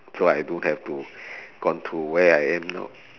so I don't have to gone through where I am now